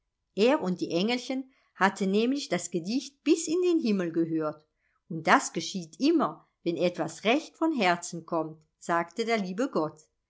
er und die engelchen hatten nämlich das gedicht bis in den himmel gehört und das geschieht immer wenn etwas recht von herzen kommt sagte der liebe gott